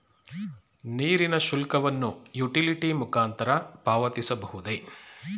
ನೀರಿನ ಶುಲ್ಕವನ್ನು ಯುಟಿಲಿಟಿ ಮುಖಾಂತರ ಪಾವತಿಸಬಹುದೇ?